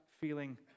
feeling